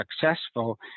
successful